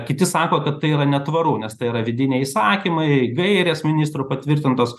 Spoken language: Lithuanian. kiti sako kad tai yra netvaru nes tai yra vidiniai įsakymai gairės ministrų patvirtintos